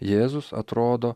jėzus atrodo